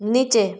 নিচে